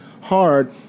hard